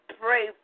pray